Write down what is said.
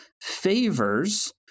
favors